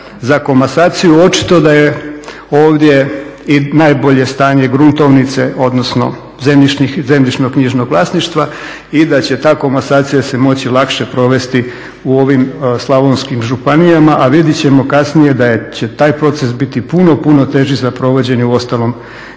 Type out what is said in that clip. za komasaciju. Očito da je ovdje i najbolje stanje gruntovnice odnosno zemljišnoknjižnog vlasništva i da će ta komasacija se moći lakše provesti u ovim slavonskim županijama. A vidjet ćemo kasnije da je će taj proces biti puno, puno teži za provođenje u ostalom